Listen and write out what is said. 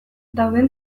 dauden